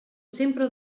sempre